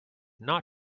not